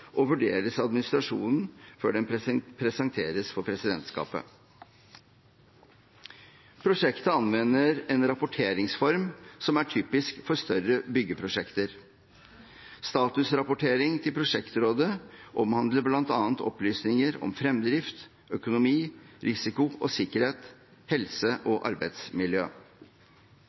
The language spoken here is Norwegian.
og vurderes av administrasjonen før den presenteres for presidentskapet. Prosjektet anvender en rapporteringsform som er typisk for større byggeprosjekter. Statusrapportering til prosjektrådet omhandler bl.a. opplysninger om fremdrift, økonomi, risiko og sikkerhet, helse og arbeidsmiljø.